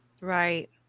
Right